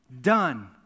done